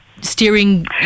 steering